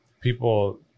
People